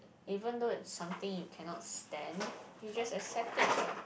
even though it's something you cannot stand you just accept it what